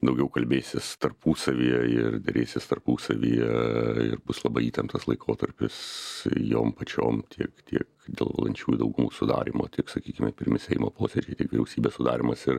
daugiau kalbėsis tarpusavyje ir derėsis tarpusavyje ir bus labai įtemptas laikotarpis jom pačiom tiek tiek dėl valdančiųjų daugumos sudarymo tiek sakykime pirmi seimo posėdžiai tiek vyriausybės sudarymas ir